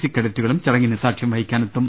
C കേഡറ്റുകളും ചടങ്ങിന് സാക്ഷ്യം വഹിക്കാ നെത്തും